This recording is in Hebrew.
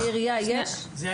בעירייה יש?